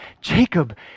Jacob